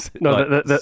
No